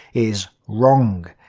is wrong.